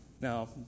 Now